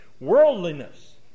worldliness